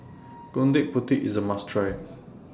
Gudeg Putih IS A must Try